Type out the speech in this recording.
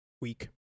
week